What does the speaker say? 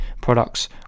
products